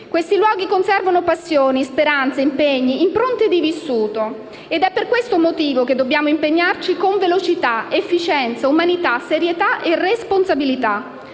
Quei luoghi conservano passioni, speranze, impegni, impronte di vissuto. Ed è per questo motivo che dobbiamo impegnarci con velocità, efficienza, umanità, serietà e responsabilità.